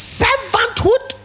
servanthood